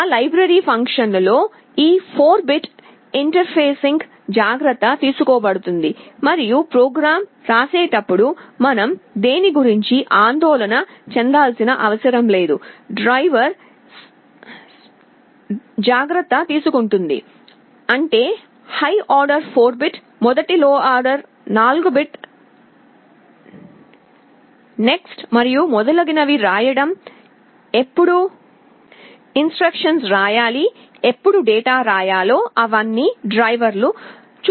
ఆ లైబ్రరీ ఫంక్షన్లో ఈ 4 బిట్ ఇంటర్ఫేసింగ్ జాగ్రత్త తీసుకోబడుతుంది మరియు ప్రోగ్రామ్ రాసేటప్పుడు మనం దేని గురించి ఆందోళన చెందాల్సిన అవసరం లేదు డ్రైవర్ స్వయంచాలకంగా జాగ్రత్త తీసుకుంటాడు అంటే హై ఆర్డర్ 4 బిట్ మొదటి లోయర్ 4 బిట్ నెక్స్ట్ మరియు మొదలగునవి రాయడం ఎప్పుడు ఇన్స్ట్రక్షన్ రాయాలి ఎప్పుడు డేటా రాయాలో అవి డ్రైవర్ చూసుకుంటాయి